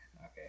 Okay